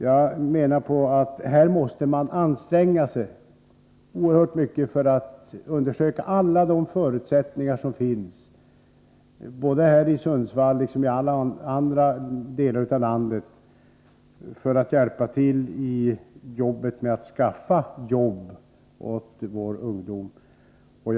Jag menar att man måste anstränga sig oerhört mycket för att undersöka alla de möjligheter som finns i Sundsvall liksom i alla andra delar av landet för att hjälpa till i strävandena att skaffa jobb åt våra ungdomar.